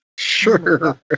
Sure